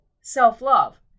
self-love